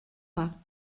pas